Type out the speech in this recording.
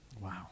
Wow